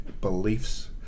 beliefs